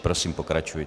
Prosím, pokračujte.